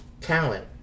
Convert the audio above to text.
talent